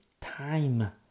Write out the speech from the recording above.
time